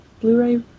Blu-ray